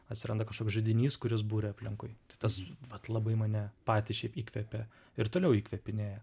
atsiranda kažkoks židinys kuris buria aplinkui tas vat labai mane patį šiaip įkvepia ir toliau įkvėpinėja